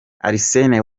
arsene